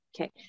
Okay